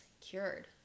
cured